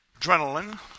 Adrenaline